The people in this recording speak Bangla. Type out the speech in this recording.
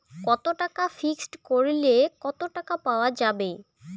কত টাকা ফিক্সড করিলে কত টাকা পাওয়া যাবে?